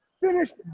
Finished